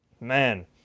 Man